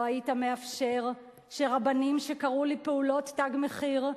לא היית מאפשר שרבנים שקראו לפעולות "תג מחיר",